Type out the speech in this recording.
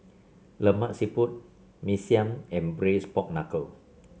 Lemak Siput Mee Siam and Braised Pork Knuckle